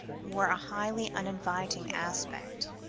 wore a highly uninviting aspect.